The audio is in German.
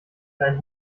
dein